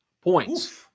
points